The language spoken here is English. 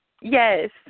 Yes